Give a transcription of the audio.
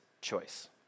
choice